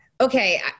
okay